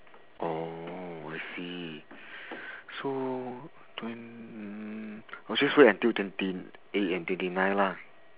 oh I see so twen~ mm oh just wait until twenty eight and twenty nine lah